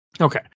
Okay